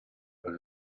but